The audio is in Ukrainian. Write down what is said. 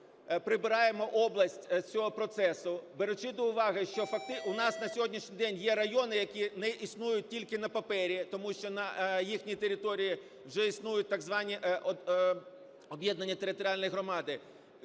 прибираємо область з цього процесу. Беручи до уваги, що у нас на сьогоднішній день є райони, які існують тільки на папері, тому що на їхній території вже існують так звані об'єднані територіальні громади,